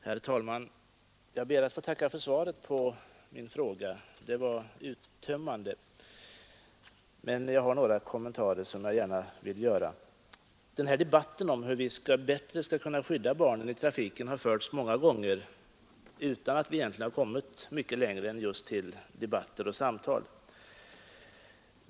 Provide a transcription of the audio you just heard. Herr talman! Jag ber att få tacka för svaret på min fråga. Det var uttömmande men jag har några kommentarer som jag gärna vill göra. Debatten om hur vi bättre skall kunna skydda barnen i trafiken har förts många gånger utan att den egentligen lett till några mer väsentliga resultat.